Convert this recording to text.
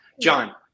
John